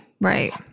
Right